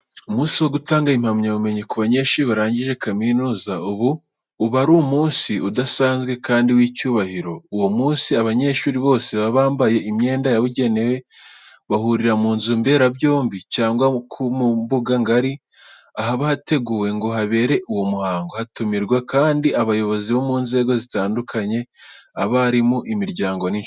Umunsi wo gutanga impamyabumenyi ku banyeshuri barangije kaminuza uba ari umunsi udasanzwe kandi w'icyubahiro. Uwo munsi, abanyeshuri bose baba bambaye imyenda yabugenewe, bahurira mu nzu mberabyombi cyangwa mu mbuga ngari ahaba hateguwe ngo habere uwo muhango, hatumirwa kandi abayobozi bo mu nzego zitandukanye, abarimu, imiryango n'inshuti.